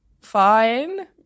fine